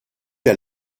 der